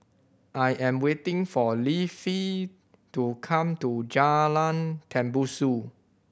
I am waiting for Leafy to come to Jalan Tembusu